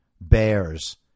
bears